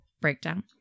breakdown